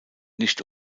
nicht